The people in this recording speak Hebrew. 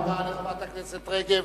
תודה רבה לחברת הכנסת רגב.